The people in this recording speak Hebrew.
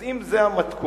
אז אם זה המתכון,